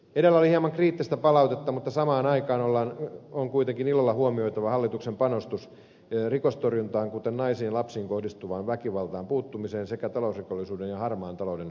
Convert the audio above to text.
edellä oli hieman kriittistä palautetta mutta samaan aikaan on kuitenkin ilolla huomioitava hallituksen panostus rikostorjuntaan kuten naisiin ja lapsiin kohdistuvaan väkivaltaan puuttumiseen sekä talousrikollisuuden ja harmaan talouden ennaltaehkäisyyn